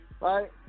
Right